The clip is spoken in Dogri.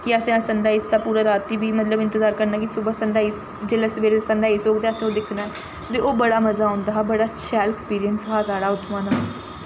कि असें अज्ज सन राइज दा पूरा रातीं बी इंतजार करना कि सु'बा सन राइज जेल्लै सवेरै सन राइज होग ते असें ओह् दिक्खना ऐ ते ओह् बड़ा मजा औंदा हा बड़ा शैल अक्सपिरिंस हा साढ़ा उत्थुआं दा